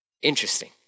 Interesting